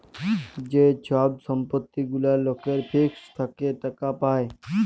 যে ছব সম্পত্তি গুলা লকের ফিক্সড থ্যাকে টাকা পায়